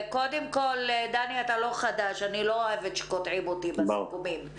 דני, אני לא אוהבת שקוטעים אותי בסיכומים.